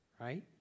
right